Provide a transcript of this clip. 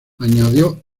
añadió